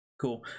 Cool